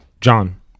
John